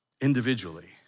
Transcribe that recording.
individually